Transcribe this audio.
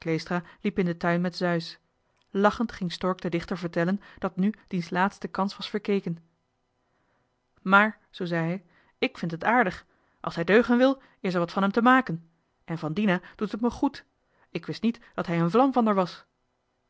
in den tuin met zeus lachend ging stork den dichter vertellen dat nu diens laatste kans was verkeken maar zoo zei hij ik vind het aardig als hij deugen wil is er wat van hem te maken en van dina doet het me ged ik wist niet dat hij een vlam van d'er was